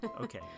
Okay